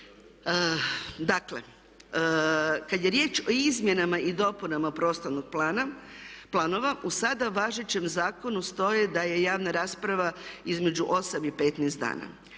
Dakle, kada je riječ o Izmjenama i dopunama prostornih planova, u sada važećem zakonu stoji da je javna rasprava između 8 i 15 dana.